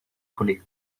collé